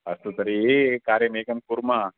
अस्तु तर्हि कार्यमेकं कुर्मः